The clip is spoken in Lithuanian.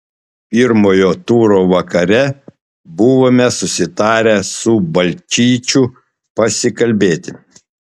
pirmojo turo vakare buvome susitarę su balčyčiu pasikalbėti